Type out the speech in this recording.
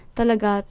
talaga